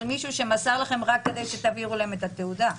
מישהו שמסר לכם רק כדי שתעבירו לו את התעודה.